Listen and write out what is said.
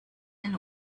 and